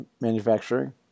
manufacturing